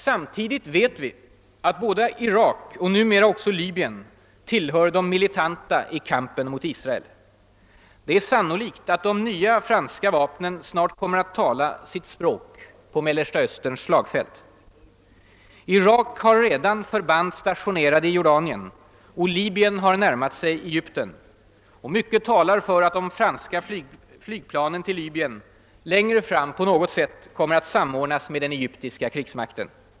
Samtidigt vet vi att både Irak och numera också Libyen tillhör de militanta i kampen mot Israel. Det är sannolikt att de nya franska vapnen snart kommer att tala sitt språk på Mellersta Österns slagfält. Irak har redan förband stationerade i Jordanien, och Libyen har närmat sig Egypten; mycket talar för att de franska flygplanen till Libyen längre fram på något sätt kommer att samordnas med den egyptiska krigsmakten.